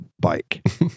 bike